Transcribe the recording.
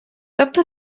тобто